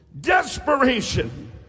Desperation